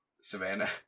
Savannah